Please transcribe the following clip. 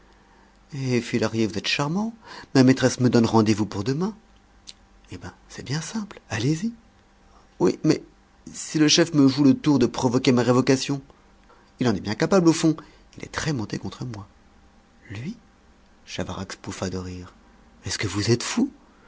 lahrier vous êtes charmant ma maîtresse me donne rendez-vous pour demain eh bien c'est bien simple allez-y oui mais si le chef me joue le tour de provoquer ma révocation il en est bien capable au fond il est très monté contre moi lui chavarax pouffa de rire est-ce que vous êtes fou